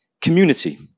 community